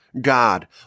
God